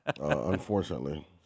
Unfortunately